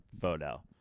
photo